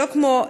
שלא כמו,